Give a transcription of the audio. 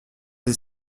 des